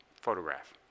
photograph